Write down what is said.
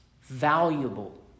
valuable